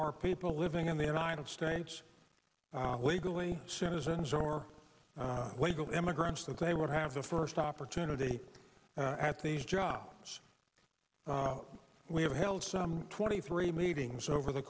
are people living in the united states legally citizens or legal immigrants that they would have the first opportunity at these jobs we have held some twenty three meetings over the